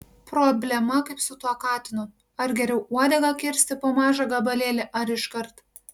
problema kaip su tuo katinu ar geriau uodegą kirsti po mažą gabalėlį ar iškart